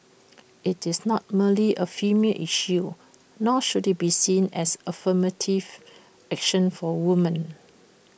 IT is not merely A female issue nor should IT be seen as affirmative action for women